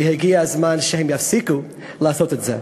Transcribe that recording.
והגיע הזמן שהם יפסיקו לעשות את זה.